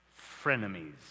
frenemies